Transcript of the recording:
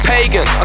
Pagan